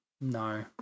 No